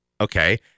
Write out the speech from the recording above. Okay